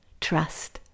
Trust